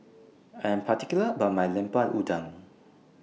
I'm particular about My Lemper Udang